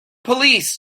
police